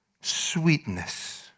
sweetness